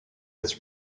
its